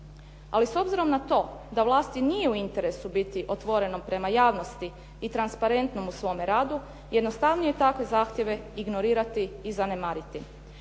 Ali s obzirom na to da vlasti nije u interesu biti otvorenom prema javnosti i transparentnom u svome radu, jednostavnije je takve zahtjeve ignorirati i zanemariti.